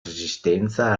resistenza